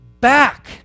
back